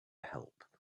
help